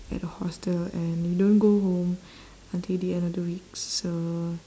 at a hostel and you don't go home until the end of the week so